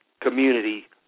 community